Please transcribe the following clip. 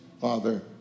Father